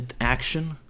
action